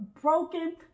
broken